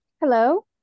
Hello